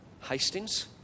Hastings